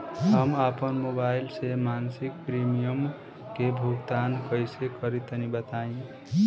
हम आपन मोबाइल से मासिक प्रीमियम के भुगतान कइसे करि तनि बताई?